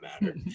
matter